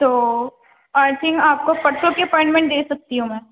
تو I think آپ کو پرسوں کی اپائنٹمینٹ دے سکتی ہوں میں